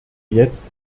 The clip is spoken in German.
jetzt